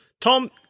Tom